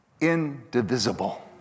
indivisible